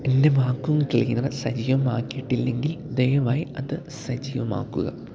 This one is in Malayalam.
എന്റെ വാക്വം ക്ലീനർ സജീവമാക്കിയിട്ടില്ലെങ്കിൽ ദയവായി അത് സജീവമാക്കുക